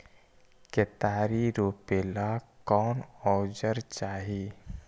केतारी रोपेला कौन औजर चाही?